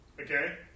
okay